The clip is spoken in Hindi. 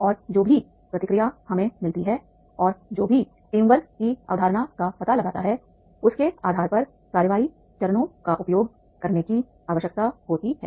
और जो भी प्रतिक्रिया हमें मिलती है और जो भी टीमवर्क की अवधारणा का पता लगाता है उसके आधार पर कार्रवाई चरणों का उपयोग करने की आवश्यकता होती है